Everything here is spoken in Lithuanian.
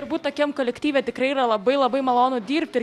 turbūt tokiam kolektyve tikrai yra labai labai malonu dirbt ir